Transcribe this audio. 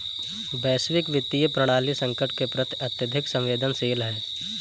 वैश्विक वित्तीय प्रणाली संकट के प्रति अत्यधिक संवेदनशील है